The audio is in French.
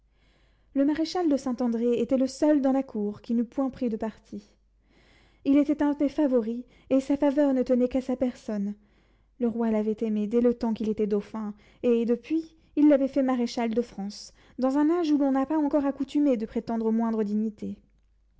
le maréchal de saint-andré était le seul dans la cour qui n'eût point pris de parti il était un des favoris et sa faveur ne tenait qu'à sa personne le roi l'avait aimé dès le temps qu'il était dauphin et depuis il l'avait fait maréchal de france dans un âge où l'on n'a pas encore accoutumé de prétendre aux moindres dignités